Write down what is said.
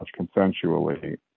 consensually